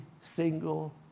single